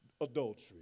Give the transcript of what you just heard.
adultery